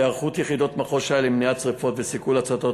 היערכות יחידות מחוז ש"י למניעת שרפות וסיכול הצתות